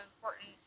important